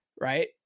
Right